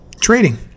trading